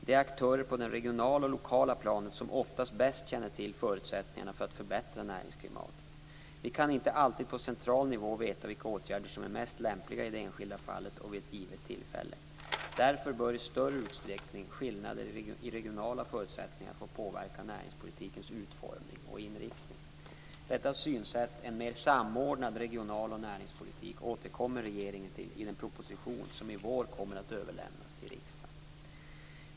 Det är aktörer på det regionala och lokala planet som oftast bäst känner till förutsättningarna för att förbättra näringsklimatet. Vi kan inte alltid på central nivå veta vilka åtgärder som är mest lämpliga i det enskilda fallet och vid ett givet tillfälle. Därför bör i större utsträckning skillnader i regionala förutsättningar få påverka näringspolitikens utformning och inriktning. Detta synsätt, en mer samordnad regionaloch näringspolitik, återkommer regeringen till i den proposition som i vår kommer att överlämnas till riksdagen.